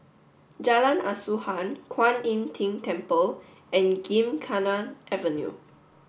Jalan Asuhan Kwan Im Tng Temple and Gymkhana Avenue